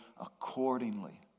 accordingly